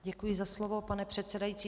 Děkuji za slovo, pane předsedající.